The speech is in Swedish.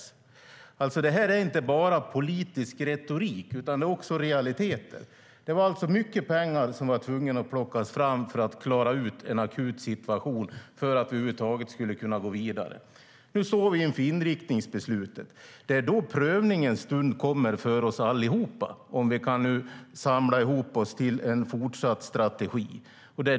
Det här är inte bara politisk retorik utan också realiteter. Det var mycket pengar man blev tvungen att plocka fram för att klara av en akut situation och för att över huvud taget kunna gå vidare. Nu står vi inför inriktningsbeslutet. Där kommer prövningens stund för oss allihop, om vi nu kan samla ihop oss till en fortsatt strategi.